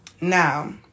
Now